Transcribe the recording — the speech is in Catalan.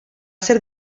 ser